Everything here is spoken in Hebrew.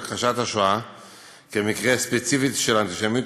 ובהכחשת השואה כמקרה ספציפי של אנטישמיות,